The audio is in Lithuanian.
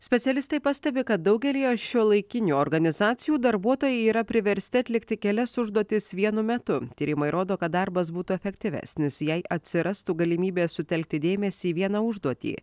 specialistai pastebi kad daugelyje šiuolaikinių organizacijų darbuotojai yra priversti atlikti kelias užduotis vienu metu tyrimai rodo kad darbas būtų efektyvesnis jei atsirastų galimybė sutelkti dėmesį į vieną užduotį